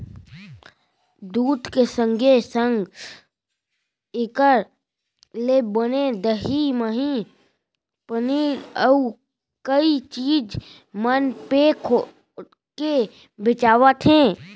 दूद के संगे संग एकर ले बने दही, मही, पनीर, अउ कई चीज मन पेक होके बेचावत हें